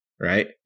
right